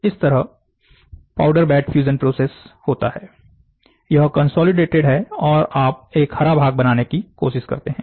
इस तरह powder bed fusion process होता है यह कंसोलिडेटेड है और आप एक हरा भाग बनाने की कोशिश करते हैं